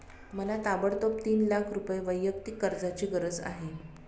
मला ताबडतोब तीन लाख रुपये वैयक्तिक कर्जाची गरज आहे